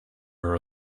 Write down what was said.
her